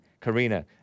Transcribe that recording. Karina